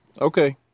Okay